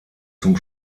zum